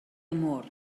amor